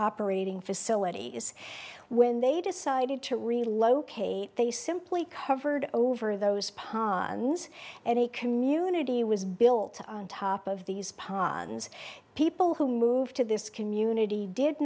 operating facilities when they decided to relocate they simply covered over those plans and a community was built on top of these ponds people who moved to this community did